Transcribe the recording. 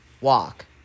walk